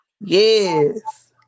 Yes